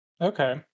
Okay